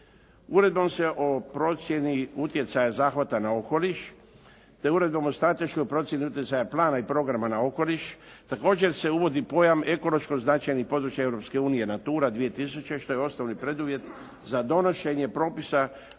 Uredbom se o procjeni utjecaja zahvata na okoliš, te Uredbom o strateškoj procjeni utjecaja plana i programa na okoliš također se uvodi pojam ekološko značajnih područja Europske unije NATURA 2000. što je osnovni preduvjet za donošenje propisa kojim